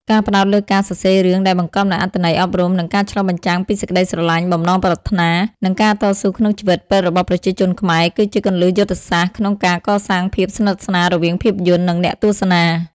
ការផ្ដោតលើការសរសេររឿងដែលបង្កប់នូវអត្ថន័យអប់រំ និងការឆ្លុះបញ្ចាំងពីសេចក្ដីស្រឡាញ់ បំណងប្រាថ្នា និងការតស៊ូក្នុងជីវិតពិតរបស់ប្រជាជនខ្មែរ គឺជាគន្លឹះយុទ្ធសាស្ត្រក្នុងការកសាងភាពស្និទ្ធស្នាលរវាងភាពយន្ត និងអ្នកទស្សនា។